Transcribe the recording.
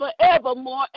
forevermore